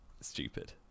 stupid